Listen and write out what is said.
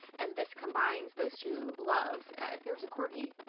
and this combines those two loves. if there was a corgi,